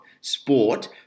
sport